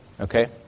okay